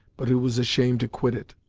but who was ashamed to quit it,